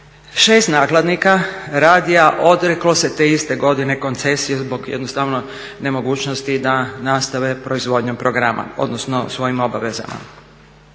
6 nakladnika radija odreklo se te iste godine koncesije zbog jednostavno nemogućnosti da nastave proizvodnjom programa, odnosno svojim obvezama.